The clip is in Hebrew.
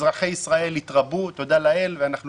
אזרחי ישראל התרבו, תודה לאל, ואנחנו